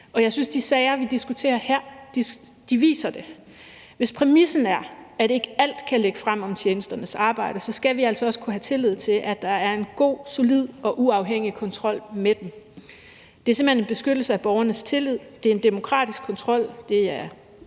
og jeg synes, at de sager, vi diskuterer her, viser det. Hvis præmissen er, at ikke alt om tjenesternes arbejde kan lægges frem, skal vi altså også kunne have tillid til, at der er en god, solid og uafhængig kontrol med dem. Det er simpelt hen en beskyttelse af borgernes tillid; det er en demokratisk kontrol; det er